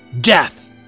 Death